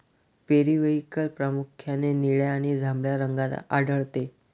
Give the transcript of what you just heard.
periwinkle प्रामुख्याने निळ्या आणि जांभळ्या रंगात आढळते